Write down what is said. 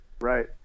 Right